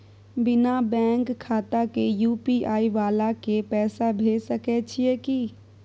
बिना बैंक खाता के यु.पी.आई वाला के पैसा भेज सकै छिए की?